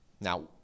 Now